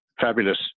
Fabulous